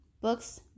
books